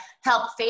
help